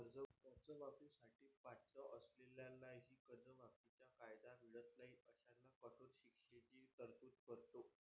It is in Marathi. कर्जमाफी साठी पात्र असलेल्यांनाही कर्जमाफीचा कायदा मिळत नाही अशांना कठोर शिक्षेची तरतूद करतो